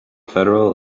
federal